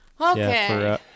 okay